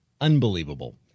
Unbelievable